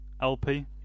LP